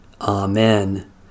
Amen